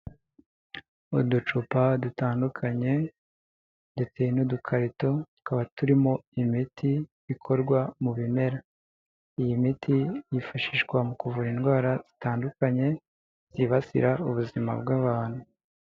Uducupa dutandukanye ndetse n'udukarito, tukaba turimo imiti ikorwa mu bimera, iyi miti yifashishwa mu kuvura indwara zitandukanye zibasira ubuzima bw'abantu.